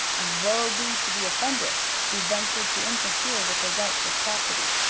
and woe be to the offender who ventured to interfere with the rights of property.